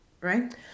Right